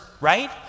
right